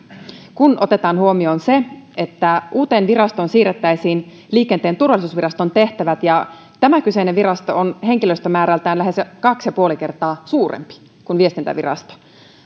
kun otetaan huomioon se että uuteen virastoon siirrettäisiin liikenteen turvallisuusviraston tehtävät ja tämä kyseinen virasto on henkilöstömäärältään lähes kaksi ja puoli kertaa suurempi kuin viestintävirasto niin